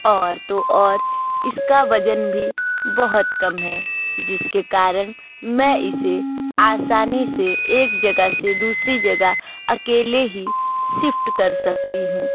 और तो और इसका वजन भी बहुत कम हैं जिसके कारण मैं इसे आसानी से एक जगह से दूसरी जगह अकेले ही शिफ्ट कर सकती हूँ